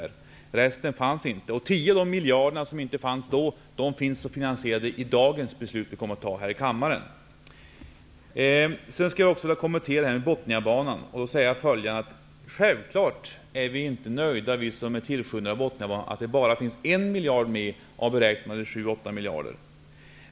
Resten fanns inte. De 10 miljarder som inte fanns då är finansierade i det beslut som riksdagen i dag kommer att fatta. Självfallet är vi som är tillskyndare av Bothniabanan inte nöjda med att det finns med bara en miljard av beräknade 7 à 8 miljarder.